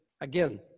again